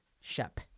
Shep